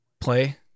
play